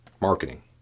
marketing